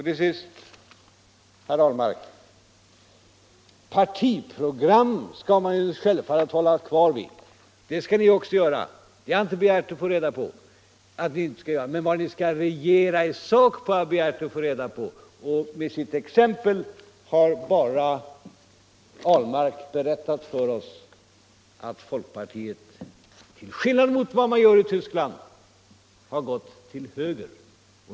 Till sist, herr Ahlmark: Partiprogrammet skall man självfallet hålla fast vid — det skall ni också göra. Jag har inte begärt att få reda på att ni skall göra det. Men vad ni i sak skall regera på har jag begärt att få reda på. Med sitt exempel har herr Ahlmark bara berättat för oss att folkpartiet — till skillnad mot förhållandena i Tyskland — har gått till höger.